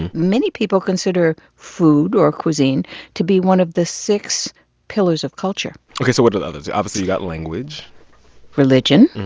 and many people consider food or cuisine to be one of the six pillars of culture ok, so what are the others? you obviously, you got language religion,